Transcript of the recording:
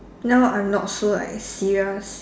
now I'm not so like serious